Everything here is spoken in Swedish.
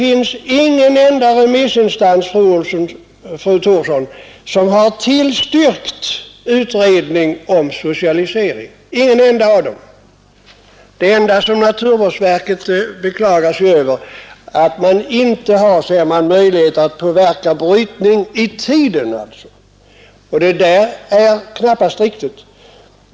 Ingen enda remissinstans, fru Thorsson, har tillstyrkt en utredning om socialisering. Det enda som naturvårdsverket beklagar sig över är, som man säger, att man inte har möjligheter att påverka brytning i tiden. Detta är emellertid knappast riktigt.